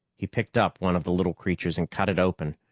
he picked up one of the little creatures and cut it open,